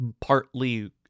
partly